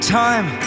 time